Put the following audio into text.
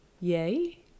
yay